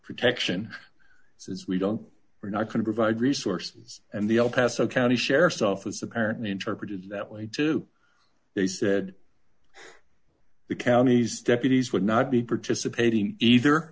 protection he says we don't we're not going to provide resources and the el paso county sheriff's office apparently interpreted that way too they said the counties deputies would not be participating either